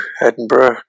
Edinburgh